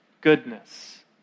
goodness